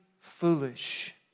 foolish